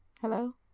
Hello